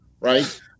right